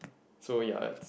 so ya it's